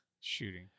shooting